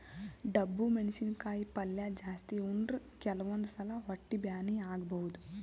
ಡಬ್ಬು ಮೆಣಸಿನಕಾಯಿ ಪಲ್ಯ ಜಾಸ್ತಿ ಉಂಡ್ರ ಕೆಲವಂದ್ ಸಲಾ ಹೊಟ್ಟಿ ಬ್ಯಾನಿ ಆಗಬಹುದ್